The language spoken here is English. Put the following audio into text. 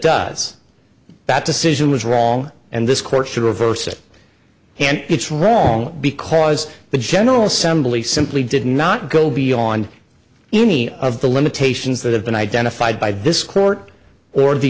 does that decision was wrong and this court should reverse it and it's wrong because the general assembly simply did not go beyond any of the limitations that have been identified by this court or the